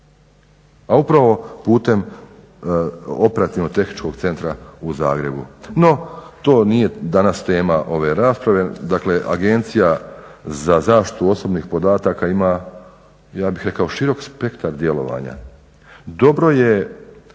Pa upravo putem operativnog tehničkog centra u Zagrebu. No, to nije danas tema ove rasprave, dakle Agencija za zaštitu osobnih podataka ima, ja bih rekao, širok spektar djelovanja. Dobro je